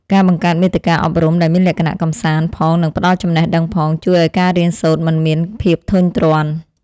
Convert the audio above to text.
ការបង្កើតមាតិកាអប់រំដែលមានលក្ខណៈកម្សាន្តផងនិងផ្តល់ចំណេះដឹងផង ជួយឱ្យការរៀនសូត្រមិនមានភាពធុញទ្រាន់។